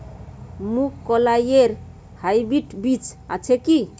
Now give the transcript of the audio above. মুগকলাই এর হাইব্রিড বীজ আছে কি?